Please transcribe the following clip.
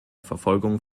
verfolgung